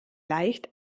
leicht